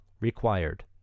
required